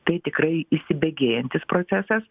tai tikrai įsibėgėjantis procesas